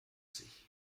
sich